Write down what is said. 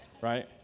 Right